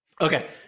Okay